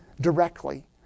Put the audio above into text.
directly